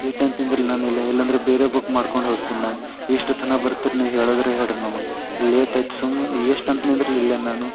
ಎಟ್ ಅಂತ ನಿಂದಿರ್ಲಿ ನಾನು ಇಲ್ಲೆ ಇಲ್ಲಾಂದರೆ ಬೇರೆ ಬುಕ್ ಮಾಡ್ಕೊಂಡು ಹೋಗ್ತೀನಿ ನಾನು ಎಷ್ಟುತನ ಬರ್ತಿರ ನೀವು ಹೇಳಿದ್ರೆ ಹೇಳ್ರಿ ನಮಗೆ ಲೇಟ್ ಆಯ್ತು ಸುಮ್ನ ಎಷ್ಟು ಅಂತ ನಿಂದಿರ್ಲಿ ಇಲ್ಲೆ ನಾನು